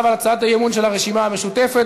על הצעת האי-אמון של הרשימה המשותפת,